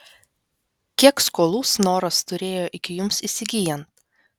kiek skolų snoras turėjo iki jums įsigyjant